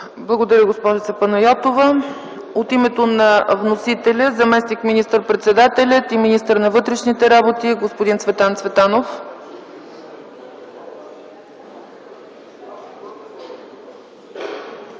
Благодаря, госпожице Панайотова. От името на вносителя – заместник министър-председателят и министър на вътрешните работи господин Цветан Цветанов. ЗАМЕСТНИК